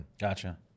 Gotcha